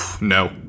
No